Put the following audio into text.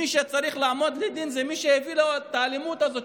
מי שצריך לעמוד לדין זה מי שהפעיל את האלימות הזאת,